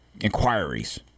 inquiries